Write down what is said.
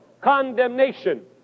condemnation